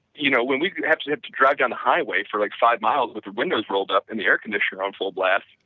you know when we have to drive down the highway for like five miles with the windows rolled up and the air conditioner on full blast,